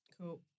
Cool